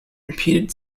repeated